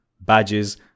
badges